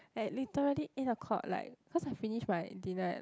at literally eight O-clock like cause I finished my dinner at like